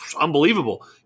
unbelievable